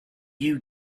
you